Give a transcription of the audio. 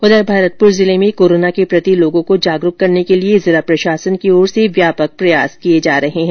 उधर भरतपुर जिले में कोरोना के प्रति लोगों को जागरूक करने के लिए जिला प्रशासन की ओर से प्रचार प्रसार किया जा रहा है